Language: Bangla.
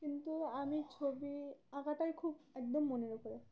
কিন্তু আমি ছবি আঁকাটাই খুব একদম মনের উপরে